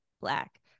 black